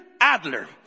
Adler